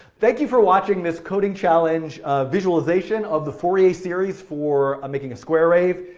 thank you for watching this coding challenge visualization of the fourier series for um making a square wave.